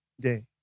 day